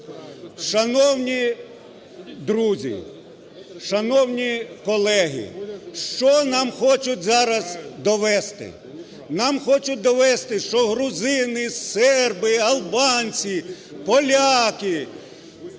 Шановні друзі! Шановні колеги! Що нам хочуть зараз довести? Нам хочуть довести, що грузини, серби, албанці, поляки,